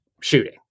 shooting